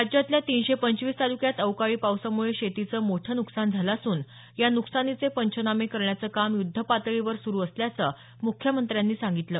राज्यातल्या तीनशे पंचवीस तालुक्यांत अवकाळी पावसामुळे शेतीचं मोठं नुकसान झालं असून या नुकसानीचे पंचनामे करण्याचं काम युद्धपातळीवर सुरु असल्याचं मुख्यमंत्र्यांनी सांगितलं